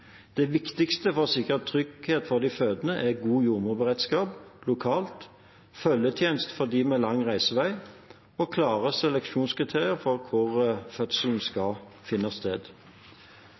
Det viktigste for å sikre trygghet for de fødende er god jordmorberedskap lokalt, følgetjeneste for dem med lang reisevei og klare seleksjonskriterier for hvor fødselen skal finne sted.